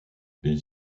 les